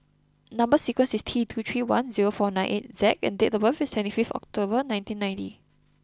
number sequence is T two three one zero four nine eight Z and date of birth is twenty fifth October nineteen ninety